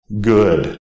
good